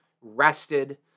rested